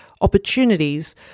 opportunities